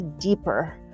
deeper